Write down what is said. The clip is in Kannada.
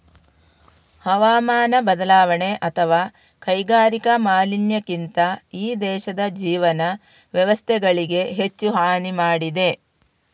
ಹವಾಮಾನ ಬದಲಾವಣೆ ಅಥವಾ ಕೈಗಾರಿಕಾ ಮಾಲಿನ್ಯಕ್ಕಿಂತ ಈ ದೇಶದ ಜೀವನ ವ್ಯವಸ್ಥೆಗಳಿಗೆ ಹೆಚ್ಚು ಹಾನಿ ಮಾಡಿದೆ